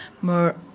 more